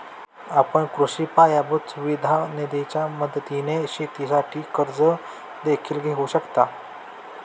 आपण कृषी पायाभूत सुविधा निधीच्या मदतीने शेतीसाठी कर्ज देखील घेऊ शकता